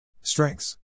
Strengths